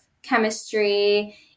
chemistry